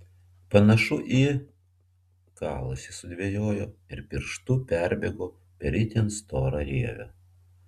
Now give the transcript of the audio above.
panašu į kalasi sudvejojo ir pirštu perbėgo per itin storą rievę